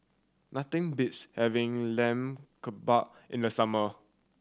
nothing beats having Lamb Kebab in the summer